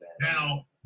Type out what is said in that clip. Now